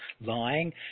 lying